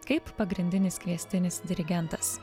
kaip pagrindinis kviestinis dirigentas